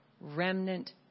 remnant